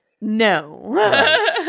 no